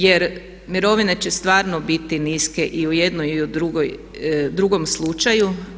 Jer mirovine će stvarno biti niske i u jednom i u drugom slučaju.